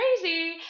crazy